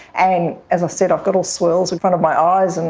and, as i said, i've got all swirls in front of my eyes. and